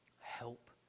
Help